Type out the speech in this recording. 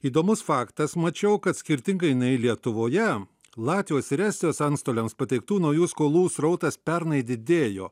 įdomus faktas mačiau kad skirtingai nei lietuvoje latvijos ir estijos antstoliams pateiktų naujų skolų srautas pernai didėjo